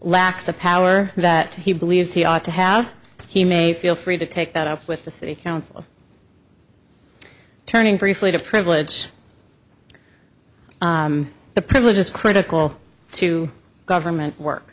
lacks the power that he believes he ought to have he may feel free to take that up with the city council turning briefly to privilege the privilege is critical to government work